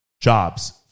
jobs